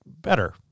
better